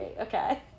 Okay